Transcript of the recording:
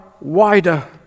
wider